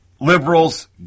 liberals